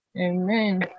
Amen